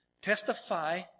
testify